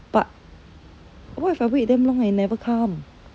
but what if I wait damn long and never come